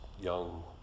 young